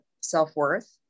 self-worth